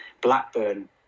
blackburn